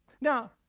Now